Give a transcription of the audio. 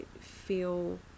feel